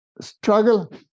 struggle